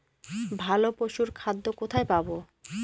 ভালো পশুর খাদ্য কোথায় পাবো?